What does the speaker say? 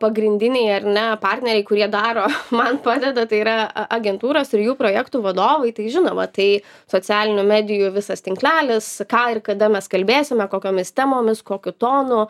pagrindiniai ar ne partneriai kurie daro man padeda tai yra agentūros ir jų projektų vadovai tai žinoma tai socialinių medijų visas tinklelis ką ir kada mes kalbėsime kokiomis temomis kokiu tonu